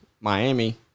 Miami